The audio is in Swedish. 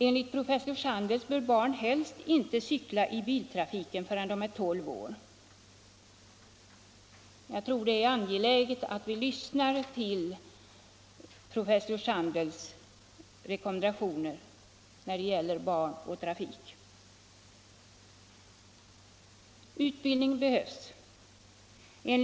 Enligt professor Sandels bör barn helst inte cykla i biltrafik förrän de är tolv år. Det är angeläget att vi lyssnar på professor Sandels rekommendationer när det gäller barn och trafik. Utbildning behövs.